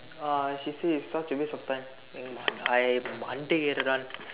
uh she said it's such a waste of time I மண்டைக்கு ஏறுறான்:mandaikku eeruraan